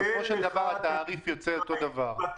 בסופו של דבר התעריף יוצא אותו דבר.